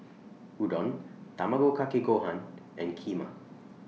Udon Tamago Kake Gohan and Kheema